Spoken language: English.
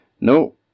No